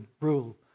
rule